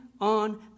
on